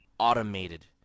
automated